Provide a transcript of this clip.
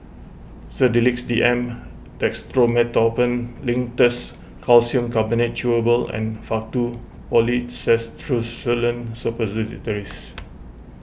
Sedilix D M Dextromethorphan Linctus Calcium Carbonate Chewable and Faktu Policresulen Suppositories